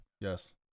yes